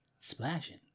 Splashing